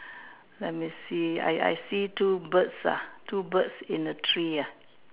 let me see I I see two birds ah two birds in the tree ah